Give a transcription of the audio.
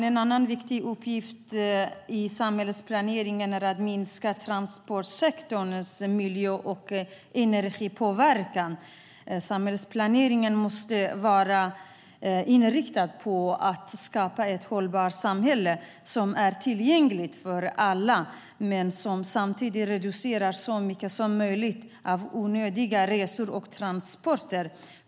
En annan viktig uppgift i samhällsplaneringen är att minska transportsektorns miljö och energipåverkan. Samhällsplaneringen måste vara inriktad på att skapa ett hållbart samhälle som är tillgängligt för alla men som samtidigt reducerar så mycket som möjligt av onödiga resor och transporter.